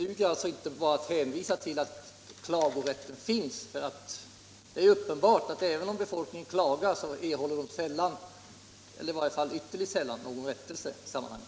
Det går således inte att hänvisa till att klagorätten finns, för även om befolkningen klagar är det uppenbart att man ytterligt sällan får någon rättelse.